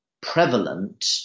prevalent